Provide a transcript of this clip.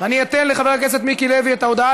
ואני אתן לחבר הכנסת מיקי לוי את ההודעה